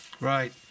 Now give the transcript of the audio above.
Right